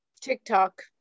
TikTok